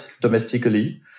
domestically